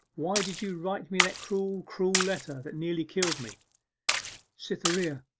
why did you write me that cruel, cruel letter that nearly killed me cytherea!